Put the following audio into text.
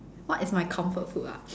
what is my comfort food ah